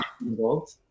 involved